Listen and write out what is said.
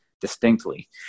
distinctly